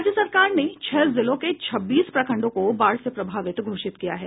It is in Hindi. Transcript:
राज्य सरकार ने छह जिलों के छब्बीस प्रखंडों को बाढ़ से प्रभावित घोषित किया है